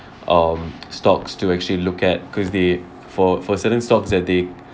um stocks to actually look at because they for for certain stocks that they